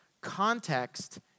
Context